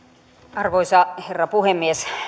arvoisa herra puhemies